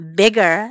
bigger